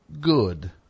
good